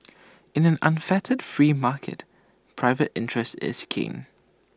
in an unfettered free market private interest is king